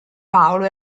paolo